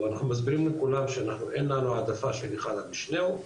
אנחנו מסבירים לכולם שאין לנו העדפה של אחד למשנהו,